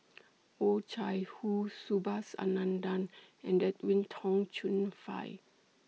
Oh Chai Hoo Subhas Anandan and Edwin Tong Chun Fai